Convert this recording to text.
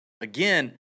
again